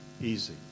easy